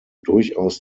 durchaus